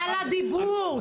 על הדיבור.